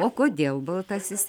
o kodėl baltasis